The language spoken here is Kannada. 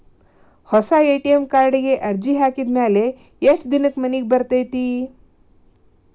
ಹೊಸಾ ಎ.ಟಿ.ಎಂ ಕಾರ್ಡಿಗೆ ಅರ್ಜಿ ಹಾಕಿದ್ ಮ್ಯಾಲೆ ಎಷ್ಟ ದಿನಕ್ಕ್ ಮನಿಗೆ ಬರತೈತ್ರಿ?